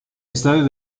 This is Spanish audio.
estadio